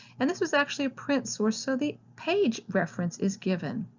and this was actually a print source so the page reference is given.